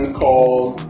called